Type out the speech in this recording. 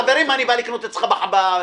חברים, מה, אני בא לקנות אצלך בלול?